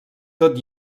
tot